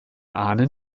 ahnen